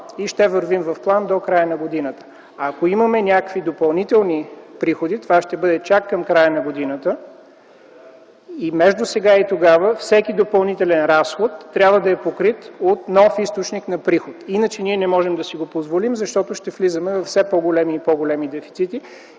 и ще вървим по план до края на годината. Ако има допълнителни приходи, това ще бъде чак към края на годината, между сега и тогава всеки допълнителен разход трябва да е покрит от нов източник на приходи. Друго не можем да си позволим, защото ще влизаме във все по-големи и по-големи дефицити